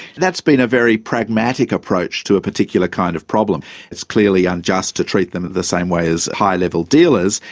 that's been a very pragmatic approach to a particular kind of problem it's clearly unjust to treat them the same way as high level dealers,